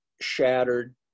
shattered